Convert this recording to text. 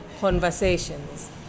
conversations